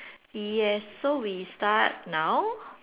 yes so we start now